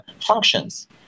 functions